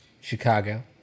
Chicago